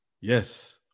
yes